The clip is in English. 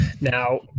Now